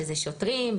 שזה שוטרים,